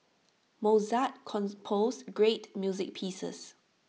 Mozart composed great music pieces